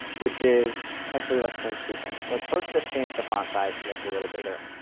which is actually, let's change two things. let's first just change the font size to make it a little bigger.